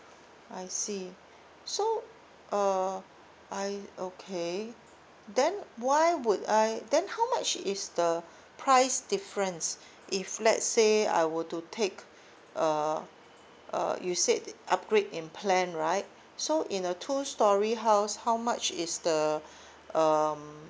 I see so uh I okay then why would I then how much is the price difference if let's say I were to take a a you said the upgrade in plan right so in a two story house how much is the um